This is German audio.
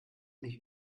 mich